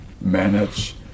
manage